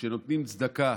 כשנותנים צדקה,